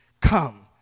come